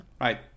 right